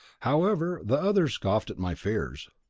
however, the others scoffed at my fears.